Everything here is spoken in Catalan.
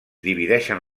divideixen